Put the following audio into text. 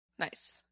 Nice